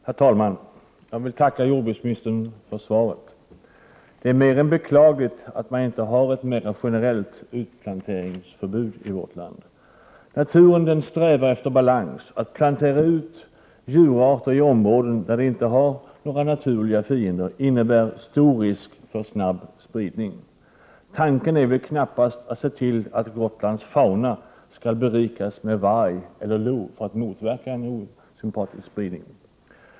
Herr talman! Jag vill tacka jordbruksministern för svaret. Det är mer än beklagligt att man inte har ett mer generellt utplanteringsförbud i vårt land. Naturen strävar efter balans. Att plantera ut djurarter i områden där de inte har några naturliga fiender innebär stor risk för snabb spridning. Tanken är väl knappast att se till att Gotlands fauna skall berikas med varg eller lo för att motverka en osympatisk spridning?